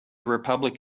republic